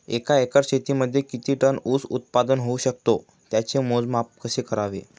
एका एकर शेतीमध्ये किती टन ऊस उत्पादन होऊ शकतो? त्याचे मोजमाप कसे करावे?